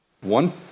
One